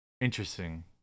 interesting